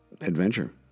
adventure